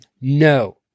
no